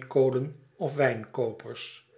steenkolen of wynkoopers